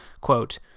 quote